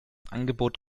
angebot